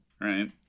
right